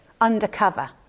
undercover